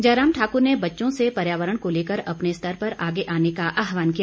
जयराम ठाकुर ने बच्चों से पर्यावरण को लेकर अपने स्तर पर आगे आने का आहवान किया